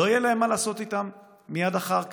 ולא יהיה להם מה לעשות איתם מייד אחר כך.